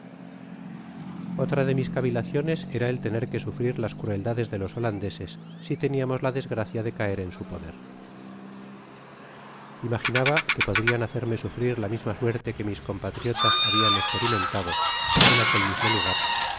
otra de mis cavilaciones era el tener que sufrir las crueldades de los holandeses si teniamos la desgracia de caer en su poder imaginaba que podrian hacerme sufrir la misma suerte que mis compatriotas habian esperimentado en aquel mismo lugar